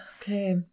Okay